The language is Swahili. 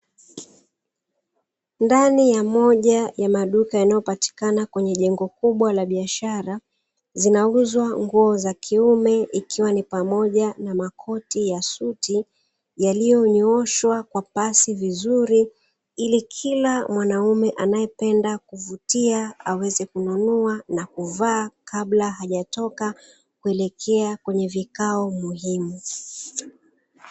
Ndani ya moja ya maduka yanayopatikana kwenye jengo kubwa la biashara, zinauzwa nguo za kiume, ikiwa ni pamoja na makoti ya suti yaliyonyooshwa kwa pasi vizuri. Ili kila mwanaume anayeweza kuvutia aweze kununua na kuvaa, kabla hajatoka kuelekea kwenye vikao muhimu.